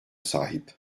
sahip